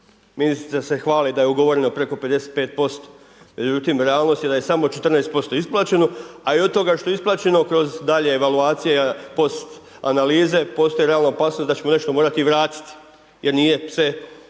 Ministrica se hvali da je ugovoreno preko 55%. međutim realnost je da je samo 14% isplaćeno a i od toga što je isplaćeno kroz dalje evaluacije, post analize, postoji realna opasnost da ćemo nešto morati i vratiti jer nije sve